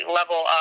level